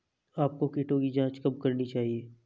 आपको कीटों की जांच कब करनी चाहिए?